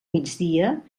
migdia